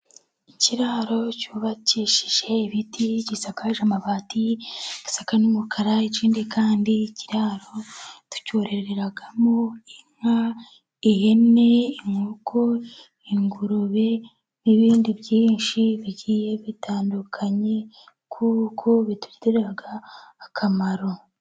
Ikiraro cyubakishije ibiti gisakaje amabati yasa n'umukara, ikindi kandi ikiraro tucyororeramo inka, ihene, inkoko, ingurube, n'ibindi byinshi bigiye bitandukanye kuko bitugirira akamaro.